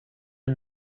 are